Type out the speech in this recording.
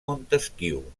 montesquiu